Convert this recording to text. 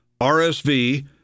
RSV